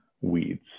weeds